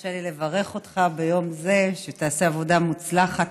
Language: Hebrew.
תרשה לי לברך אותך ביום זה שתעשה עבודה מוצלחת,